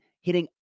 hitting